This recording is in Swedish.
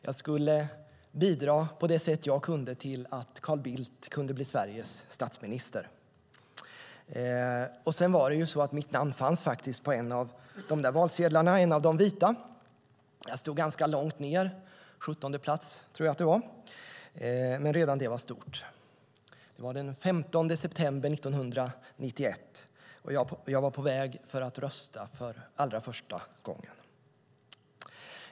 Jag skulle bidra på det sätt jag kunde till att Carl Bildt kunde bli Sveriges statsminister. Dessutom fanns mitt namn på en av de vita valsedlarna. Jag stod ganska långt ned - 17:e plats tror jag att det var - men redan det var stort. Det var den 15 september 1991, och jag var på väg för att rösta för allra första gången.